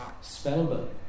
spellbound